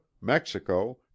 Mexico